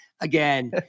again